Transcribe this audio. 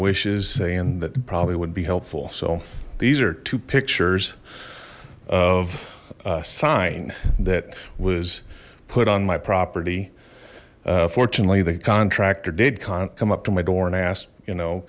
wishes and that probably would be helpful so these are two pictures of a sign that was put on my property fortunately the contractor did come up to my door and asked you know